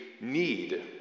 need